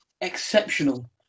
exceptional